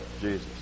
Jesus